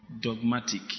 dogmatic